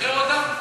לשחרר אותם?